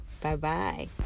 Bye-bye